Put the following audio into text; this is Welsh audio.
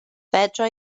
fedra